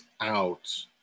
out